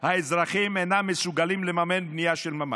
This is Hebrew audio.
האזרחים אינם מסוגלים לממן בנייה של ממ"ד,